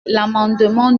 l’amendement